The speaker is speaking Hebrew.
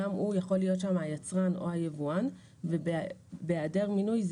גם הוא יכול להיות שם היצרן או היבואן ובהיעדר מינוי,